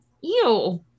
Ew